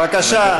בבקשה,